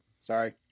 Sorry